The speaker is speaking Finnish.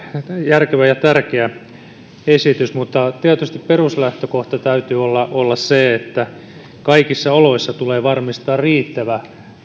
järkevä ja tärkeä esitys mutta tietysti peruslähtökohdan täytyy olla olla se että kaikissa oloissa tulee varmistaa riittävä